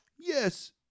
yes